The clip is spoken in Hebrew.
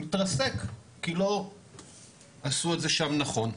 מתרסק כי לא עשו את זה שם נכון.